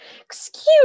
excuse